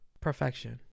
Perfection